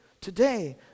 today